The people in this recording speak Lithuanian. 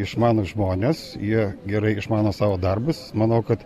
išmanūs žmonės jie gerai išmano savo darbus manau kad